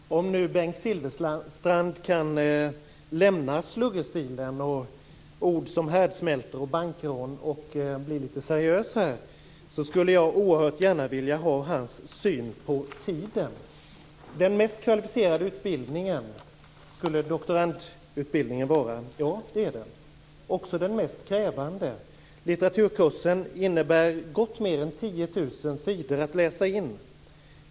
Fru talman! Om nu Bengt Silfverstrand kan lämna sluggerstilen och ord som härdsmälta och bankrån och bli litet seriös skulle jag oerhört gärna vilja ha hans syn på tiden. Doktorandutbildningen skulle vara den mest kvalificerade utbildningen - ja, det är den. Den är också den mest krävande. Litteraturkursen innebär gott och väl mer än 10 000 sidor att läsa in.